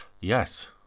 Yes